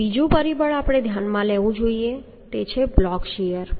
અને બીજું પરિબળ આપણે ધ્યાનમાં લેવું જોઈએ તે છે બ્લોક શીયર